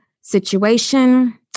situation